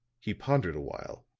he pondered awhile,